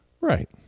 Right